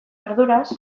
arduraz